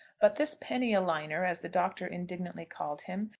but this penny-a-liner, as the doctor indignantly called him,